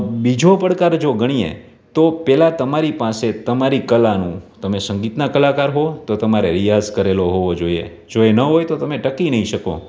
બીજો પડકાર જો ગણીએ તો પહેલાં તમારી પાસે તમારી કળાનું તમે સંગીતનાં કલાકાર હોવ તો તમારે રિયાઝ કરેલો હોવો જોઈએ જો એ ન હોય તો તમે ટકી નહીં શકો